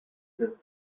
the